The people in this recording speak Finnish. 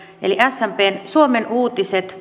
eli smpn suomen uutiset